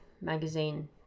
Magazine